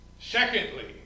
Secondly